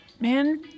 Man